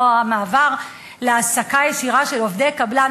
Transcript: או המעבר להעסקה ישירה של עובדי קבלן,